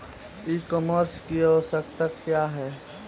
ई कॉमर्स की आवशयक्ता क्या है?